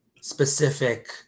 specific